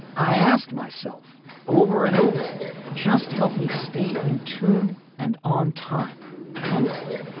i asked myself over and over just help me stay in tune and on time unquote